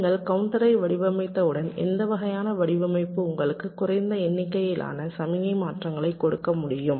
நீங்கள் கவுண்டரை வடிவமைத்தவுடன் எந்த வகையான வடிவமைப்பு உங்களுக்கு குறைந்த எண்ணிக்கையிலான சமிக்ஞை மாற்றங்களைக் கொடுக்க முடியும்